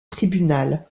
tribunal